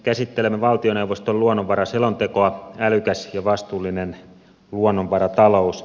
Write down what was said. käsittelemme valtioneuvoston luonnonvaraselontekoa älykäs ja vastuullinen luonnonvaratalous